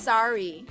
Sorry